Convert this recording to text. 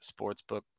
Sportsbook